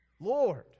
Lord